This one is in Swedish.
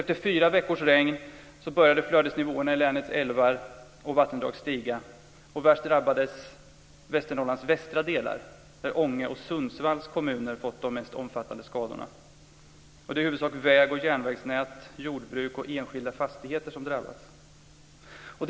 Efter fyra veckors regn började flödesnivåerna i länets älvar och vattendrag att stiga. Ånges och Sundsvalls kommuner fått de mest omfattande skadorna. Och det är i huvudsak väg och järnvägsnät, jordbruket samt enskilda fastigheter som har drabbats.